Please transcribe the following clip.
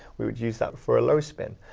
we would use that for a low spin.